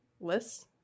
Lists